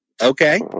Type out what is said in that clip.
Okay